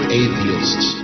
atheists